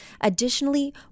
Additionally